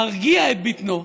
מרגיע את בטנו,